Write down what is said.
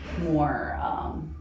more